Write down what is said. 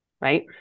right